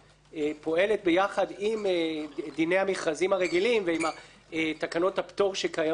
שפועלת יחד עם דיני המכרזים הרגילים ועם תקנות הפטור שקיימות בו.